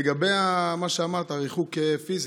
לגבי מה שאמרת, ריחוק פיזי,